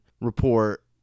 report